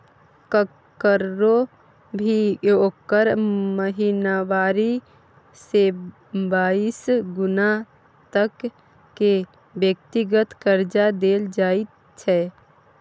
ककरो भी ओकर महिनावारी से बाइस गुना तक के व्यक्तिगत कर्जा देल जाइत छै